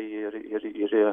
ir ir ir